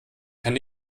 kann